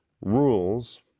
rules